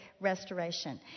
restoration